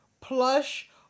plush